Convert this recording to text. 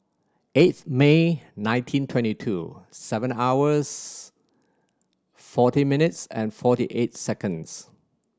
eighth May nineteen twenty two seven hours forty minutes and forty eight seconds